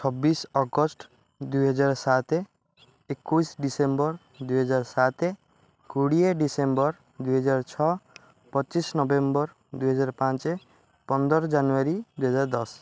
ଛବିଶି ଅଗଷ୍ଟ ଦୁଇହଜାର ସାତ ଏକୋଇଶି ଡିସେମ୍ବର ଦୁଇ ହଜାର ସାତ କୋଡ଼ିଏ ଡିସେମ୍ବର ଦୁଇହଜାର ଛଅ ପଚିଶି ନଭେମ୍ବର ଦୁଇ ହଜାର ପାଞ୍ଚ ପନ୍ଦର ଜାନୁଆରୀ ଦୁଇ ହଜାର ଦଶ